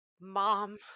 Mom